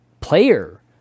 player